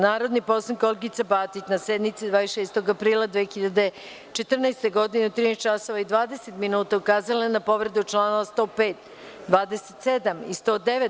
Narodni poslanik Olgica Batić, na sednici 26. aprila 2014. godine, u 13.20 časova, ukazala je na povredu čl. 105, 27. i 109.